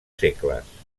segles